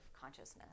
consciousness